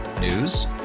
News